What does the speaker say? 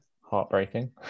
heartbreaking